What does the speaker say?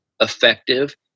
effective